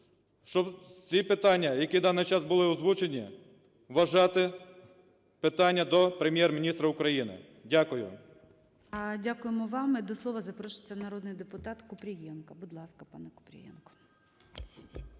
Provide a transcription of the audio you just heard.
щоб ці питання, які в даний час були озвучені, вважати питання до Прем'єр-міністра України. Дякую. ГОЛОВУЮЧИЙ. Дякуємо вам. І до слова запрошується народний депутат Купрієнко. Будь ласка, пане Купрієнко.